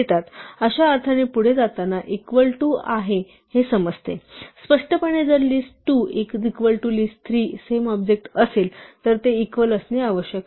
अशा अर्थाने पुढे जाताना इक्वल टू इक्वल आहे हे समजते स्पष्टपणे जर list 2 is equal to list 3 same object असेल तर ते इक्वल असणे आवश्यक आहे